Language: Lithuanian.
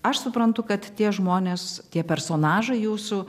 aš suprantu kad tie žmonės tie personažai jūsų